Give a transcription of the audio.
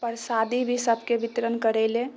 परसादी भी सभकेँ वितरण करैले